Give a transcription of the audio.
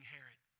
Herod